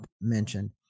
mentioned